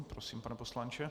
Prosím, pane poslanče.